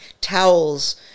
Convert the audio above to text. towels